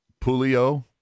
Pulio